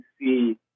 see